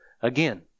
again